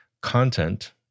Content